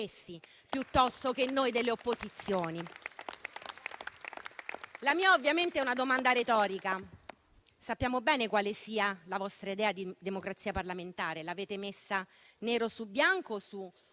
piuttosto che noi delle opposizioni. La mia ovviamente è una domanda retorica. Sappiamo bene quale sia la vostra idea di democrazia parlamentare: l'avete messa nero su bianco su